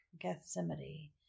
Gethsemane